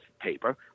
paper